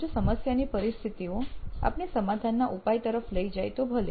જો સમસ્યાની પરિસ્થિતિઓ આપને સમાધાનના ઉપાય તરફ લઇ જાય તો ભલે